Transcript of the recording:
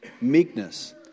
meekness